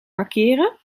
markeren